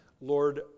Lord